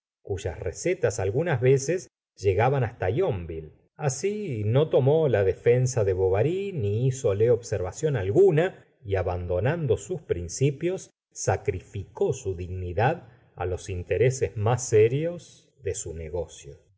cuyas recetas algunas veces llegaban hasta yonville asi no tomó la defensa de bovary ni hízole observación alguna y abandonando sus principios sacrificó su dignidad á los intereses más serios de su negocio